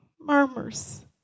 Murmurs